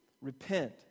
Repent